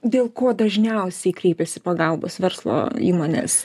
dėl ko dažniausiai kreipiasi pagalbos verslo įmonės